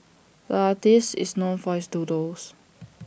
the artist is known for his doodles